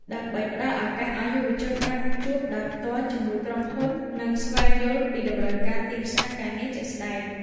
ដើម្បីផ្តល់ឱកាសឱ្យយុវជនបានជួបដោយផ្ទាល់ជាមួយក្រុមហ៊ុន និងស្វែងយល់ពីតម្រូវការទីផ្សារការងារជាក់ស្តែង។